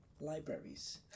libraries